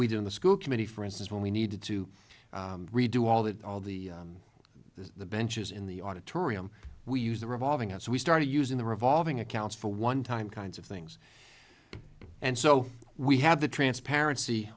we do in the school committee for instance when we needed to redo all that all the the benches in the auditorium we use the revolving house we started using the revolving accounts for one time kinds of things and so we have the transparency